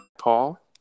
Paul